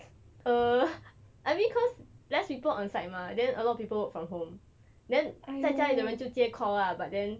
uh I mean cause less people on site mah then a lot people work from home then 在家的人就接 call ah but then